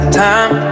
time